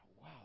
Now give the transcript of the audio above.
Wow